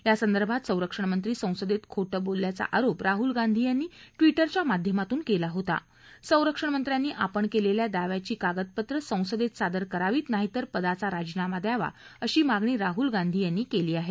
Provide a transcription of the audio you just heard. यासदर्भात संरक्षण मंत्री संसदेत खोट बोलल्याचा आरोप राहल गांधी यांनी ट्विटरच्या माध्यमातून केला होता संरक्षण मंत्र्यांनी आपण केलेल्या दाव्याची कागदपत्र संसदेत सादर करावीत नाहीतर पदाचा राजीनामा द्यावा अशी मागणी राहुल गांधी यांनी केली आहे